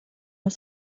auf